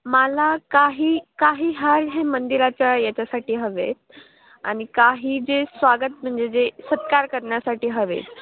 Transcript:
मला काही काही हार हे मंदिराच्या याच्यासाठी हवे आहेत आणि काही जे स्वागत म्हणजे जे सत्कार करण्यासाठी हवे आहेत